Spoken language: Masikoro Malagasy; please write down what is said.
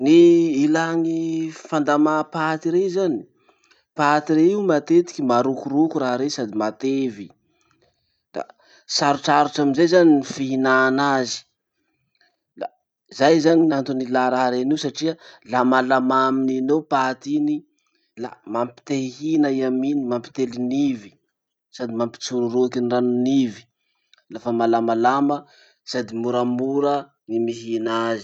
Ny ilà ny fandamà paty rey zany, paty rey io matetiky marokoroko raha rey sady matevy. Da sarotsarotsy amizay zany ny fihinana azy, la zay zany antony ilà raha reny io satria lamalamà amin'iny eo paty iny la mampitehihina i amininy, mampitelinivy, sady mampitsororoaky ny ranonivy, lafa malamalama sady moramora gny mihina azy.